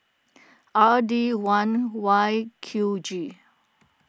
R D one Y Q G